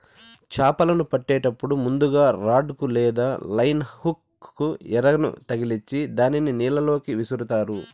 చాపలను పట్టేటప్పుడు ముందుగ రాడ్ కు లేదా లైన్ హుక్ కు ఎరను తగిలిచ్చి దానిని నీళ్ళ లోకి విసురుతారు